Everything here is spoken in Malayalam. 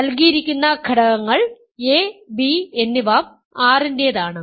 നൽകിയിരിക്കുന്ന ഘടകങ്ങൾ a b എന്നിവ R ൻറെതാണ്